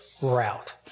route